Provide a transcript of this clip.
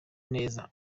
neza